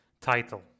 title